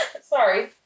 Sorry